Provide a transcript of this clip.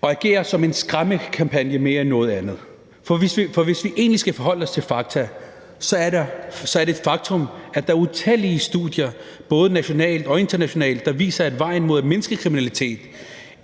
og fungerer som en skræmmekampagne mere end noget andet. For hvis vi egentlig skal forholde os til fakta, er det et faktum, at der er utallige studier både nationalt og internationalt, der viser, at vejen mod at mindske kriminalitet